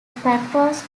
patrols